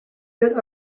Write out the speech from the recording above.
had